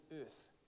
earth